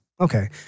Okay